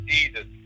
Jesus